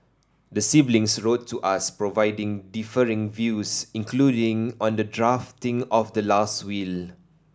the siblings wrote to us providing differing views including on the drafting of the last will